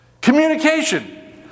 Communication